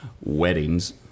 weddings